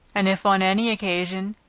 and if on any occasion,